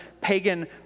pagan